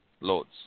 loads